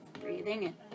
Breathing